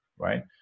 Right